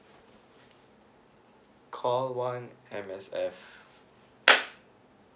call one M_S_F